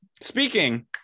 Speaking